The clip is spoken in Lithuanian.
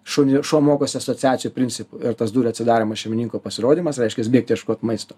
šuniui šuo mokosi asociacijų principu ir tas durų atsidarymas šeimininko pasirodymas reiškiasi bėgti ieškoti maisto